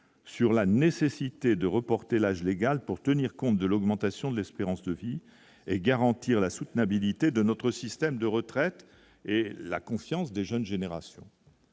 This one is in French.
sur la nécessité de reporter l'âge légal pour tenir compte de l'augmentation de l'espérance de vie et garantir la soutenabilité de notre système de retraite et la confiance des jeunes générations.